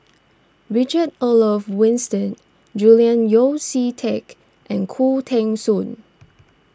Richard Olaf Winstedt Julian Yeo See Teck and Khoo Teng Soon